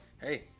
Hey